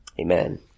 amen